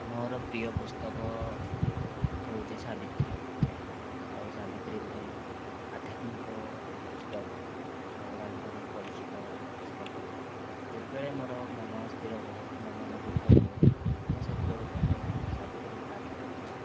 ମୋର ପ୍ରିୟ ପୁସ୍ତକ ହେଉଛି ସାବିତ୍ରୀ ଆଉ ସାବିତ୍ରୀ ଗୋଟିଏ ଆଧ୍ୟାତ୍ମିକ ପୁସ୍ତକ ଭଗବାନଙ୍କର ପରିଚିତ ପୁସ୍ତକ ଯେତେବେଳେ ମୋର ମନ ଅସ୍ଥିର ହୁଏ କିମ୍ବା ମନ ଦୁଃଖ ହୁଏ ତ ସେତେବେଳକୁ ମୁଁ ସାବିତ୍ରୀ ପାଠ କରିଥାଏ